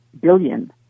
Billion